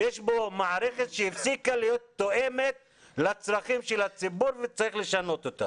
יש בו מערכת שהפסיקה להיות תואמת לצרכים של הציבור וצריך לשנות אותה.